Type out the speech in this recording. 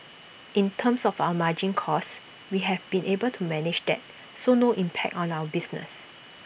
in terms of our margin costs we have been able to manage that so no impact on our business